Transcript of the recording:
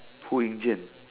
不应建